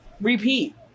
repeat